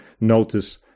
notice